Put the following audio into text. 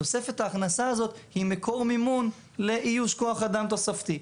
תוספת ההכנסה הזאת היא מקור מימון לאיוש כוח אדם תוספתי,